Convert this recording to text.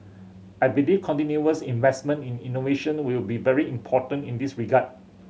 I believe continuous investment in innovation will be very important in this regard